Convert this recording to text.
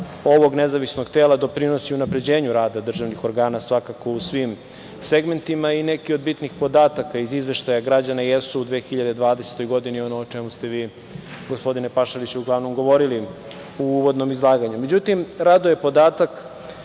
ovog nezavisnog tela doprinosi unapređenju rada državnih organa u svim segmentima. Neki od bitnih podataka iz izveštaja građana jesu u 2020. godini ono o čemu ste vi gospodine Pašaliću uglavnom govorili u uvodnom izlaganju.Međutim, raduje podatak